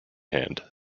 hand